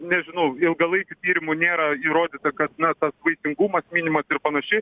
nežinau ilgalaikių tyrimų nėra įrodyta kad na tas vaisingumas minimas ir panašiai